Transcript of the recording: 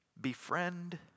befriend